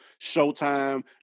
Showtime